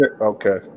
okay